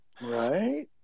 right